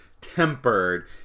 tempered